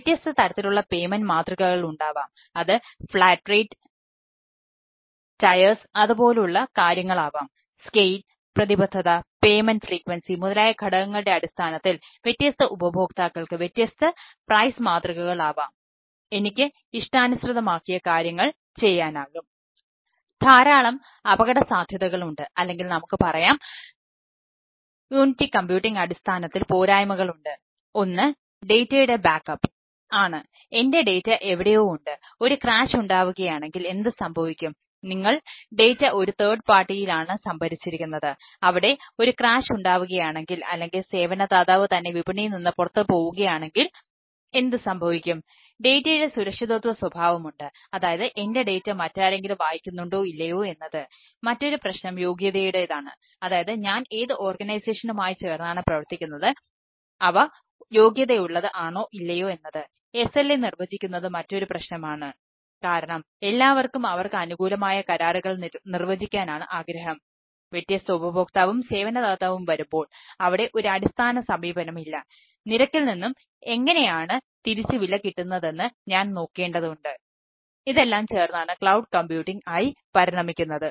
വ്യത്യസ്ത തരത്തിലുള്ള പെയ്മെൻറ് മാതൃകകൾ ആവാം എനിക്ക് ഇഷ്ടാനുസൃതമാക്കിയ കാര്യങ്ങൾ ചെയ്യാനാകും ധാരാളം അപകടസാധ്യതകൾ ഉണ്ട് അല്ലെങ്കിൽ നമുക്ക് പറയാം യൂണിറ്റി കമ്പ്യൂട്ടിംഗ് ഉണ്ടാവുകയാണെങ്കിൽ അല്ലെങ്കിൽ സേവനദാതാവ് തന്നെ വിപണിയിൽ നിന്ന് പുറത്ത് പോവുകയാണെങ്കിൽ എന്ത് സംഭവിക്കും ഡേറ്റയുടെ ആയി പരിണമിക്കുന്നത്